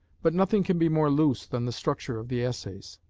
but nothing can be more loose than the structure of the essays.